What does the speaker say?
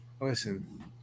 listen